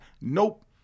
Nope